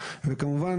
ההגירה ומעברי הגבול,